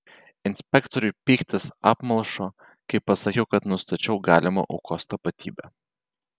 inspektoriui pyktis apmalšo kai pasakiau kad nustačiau galimą aukos tapatybę